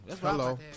hello